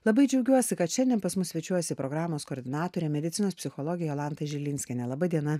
labai džiaugiuosi kad šiandien pas mus svečiuojasi programos koordinatorė medicinos psichologė jolanta žilinskienė laba diena